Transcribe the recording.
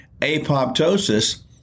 apoptosis